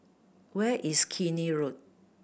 where is Keene Road